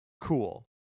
cool